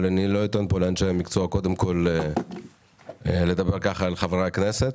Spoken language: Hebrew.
אבל אני לא אתן לאנשי המקצוע לדבר ככה לחברי הכנסת